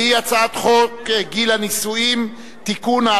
והיא הצעת חוק גיל הנישואין (תיקון,